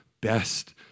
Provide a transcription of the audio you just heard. best